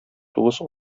тугыз